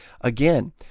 Again